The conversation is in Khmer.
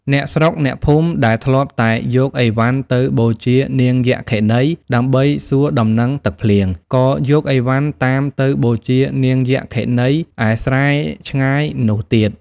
អ្នកស្រុកអ្នកភូមិ ដែលធ្លាប់តែយកឥវ៉ាន់ទៅ បូជានាងយក្ខិនីដើម្បីសួរដំណឹងទឹកភ្លៀង ក៏យកឥវ៉ាន់តាមទៅបូជានាងយក្ខិនី ឯស្រែឆ្ងាយនោះទៀត។